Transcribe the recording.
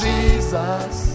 Jesus